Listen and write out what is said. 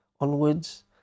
onwards